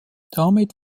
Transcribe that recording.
damit